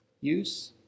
use